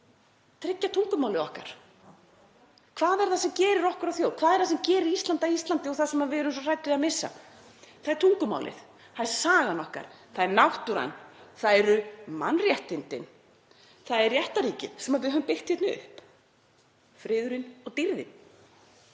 tryggja tungumálið okkar. Hvað er það sem gerir okkur að þjóð? Hvað er það sem gerir Ísland að Íslandi og er það sem við erum svo hrædd við að missa? Það er tungumálið. Það er sagan okkar. Það er náttúran. Það eru mannréttindin. Það er réttarríkið sem við höfum byggt hérna upp, friðurinn, dýrðin.